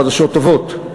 חדשות טובות,